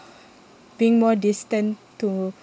being more distant to